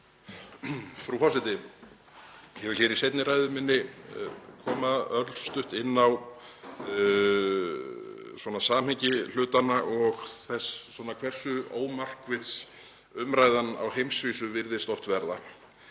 Frú forseti. Ég vil í seinni ræðu minni koma örstutt inn á samhengi hlutanna og það hversu ómarkviss umræðan á heimsvísu virðist oft verða.